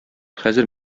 хәзер